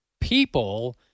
people